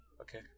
okay